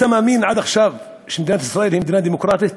אתה מאמין עד עכשיו שמדינת ישראל היא מדינה דמוקרטית?